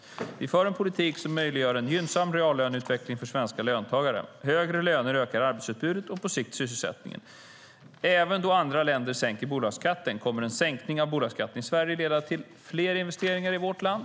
Vi för en politik som möjliggör en gynnsam reallöneutveckling för svenska löntagare. Högre löner ökar arbetsutbudet och på sikt sysselsättningen. Även då andra länder sänker bolagsskatten kommer en sänkning av bolagsskatten i Sverige att leda till fler investeringar i vårt land.